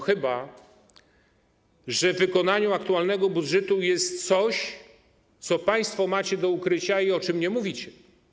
Chyba że jest tak, że w wykonaniu aktualnego budżetu jest coś, co państwo macie do ukrycia i o czym nie mówicie.